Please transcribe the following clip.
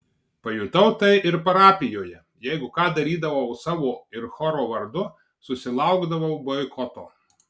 pajutau tai ir parapijoje jeigu ką darydavau savo ir choro vardu susilaukdavau boikoto